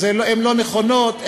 הן לא נכונות,